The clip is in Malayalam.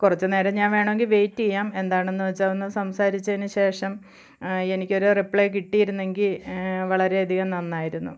കുറച്ചു നേരം ഞാൻ വേണമെങ്കിൽ വെയിറ്റ് ചെയ്യാം എന്താണെന്ന് വച്ചാൽ ഒന്ന് സംസാരിച്ചതിനു ശേഷം എനിക്ക് ഒരു റിപ്ലൈ കിട്ടിയിരുന്നെങ്കിൽ വളരെ അധികം നന്നായിരുന്നു